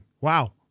Wow